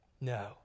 no